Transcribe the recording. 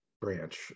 branch